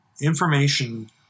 information